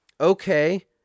Okay